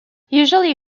usually